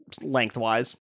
lengthwise